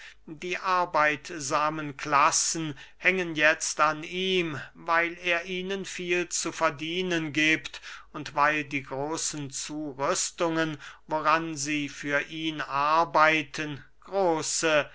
die arbeitsamen klassen hängen jetzt an ihm weil er ihnen viel zu verdienen giebt und weil die großen zurüstungen woran sie für ihn arbeiten große